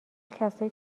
کسایی